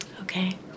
Okay